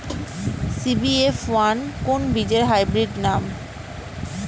CBF one কোন বীজের hybrid নাম?